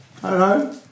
Hello